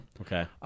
Okay